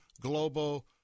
global